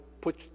put